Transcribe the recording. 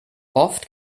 oft